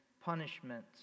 punishment